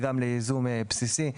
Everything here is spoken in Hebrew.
וגם לייזום בסיסי.